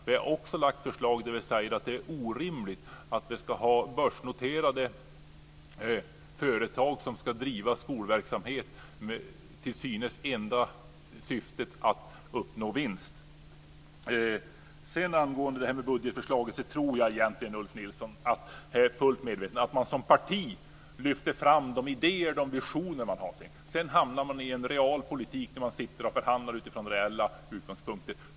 Vi har också lagt fram förslag där vi säger att det är orimligt att vi ska ha börsnoterade företag som ska driva skolverksamhet med det till synes enda syftet att uppnå vinst. Angående det här med budgetförslag tror jag att Ulf Nilsson egentligen är fullt medveten om att man som parti lyfter fram de idéer, de visioner man har. Sedan hamnar man i en real politik när man förhandlar utifrån reella utgångspunkter.